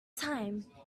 time